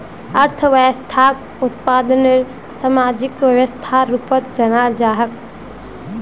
अर्थव्यवस्थाक उत्पादनेर सामाजिक व्यवस्थार रूपत जानाल जा छेक